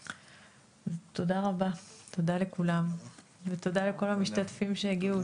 תודה רבה, תודה לכולם, תודה לכל המשתתפים שהגיעו.